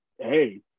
hey